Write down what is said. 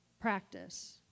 Practice